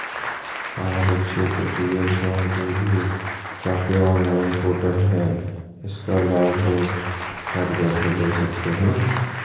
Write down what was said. सामाजिक क्षेत्र की योजनाओं के लिए क्या कोई ऑनलाइन पोर्टल है इसका लाभ लोग घर बैठे ले सकते हैं?